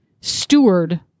steward